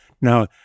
Now